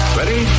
Ready